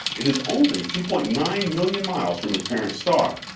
it is only two point nine million miles from its parent star,